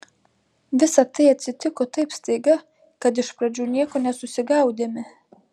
visa tai atsitiko taip staiga kad iš pradžių nieko nesusigaudėme